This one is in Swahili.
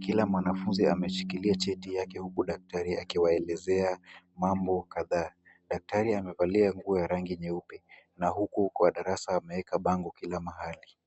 Kila mwanafunzi ameshikilia cheti yake, huku daktari akiwaelezea mambo kadhaa. Daktari amevaa nguo ya rangi nyeupe, na huku kwa darasa ameweka bango kila mahali.